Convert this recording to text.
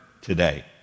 today